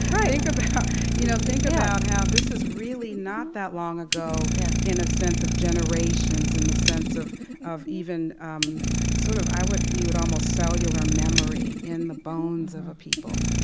think about you know think about how this is really not that long ago yeah in a sense of generations, in the sense of of even um sort of i would view it almost cellular memory in the bones of a people.